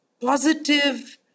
positive